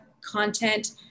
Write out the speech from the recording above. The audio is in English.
content